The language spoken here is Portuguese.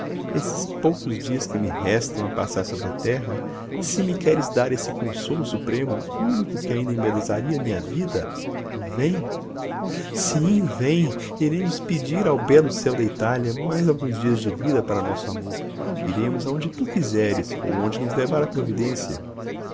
esses poucos dias que me restam a passar sobre a terra se me queres dar esse consolo supremo único que ainda embelezaria minha vida vem sim vem iremos pedir ao belo céu da itália mais alguns dias de vida para nosso amor iremos aonde tu quiseres ou aonde nos levar a providência